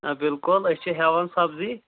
آ بِلکُل أسۍ چھِ ہٮ۪وان سَبزی